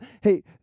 hey